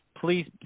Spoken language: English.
please